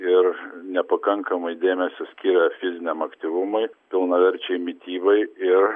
ir nepakankamai dėmesio skiria fiziniam aktyvumui pilnaverčiai mitybai ir